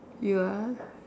you are